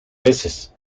veces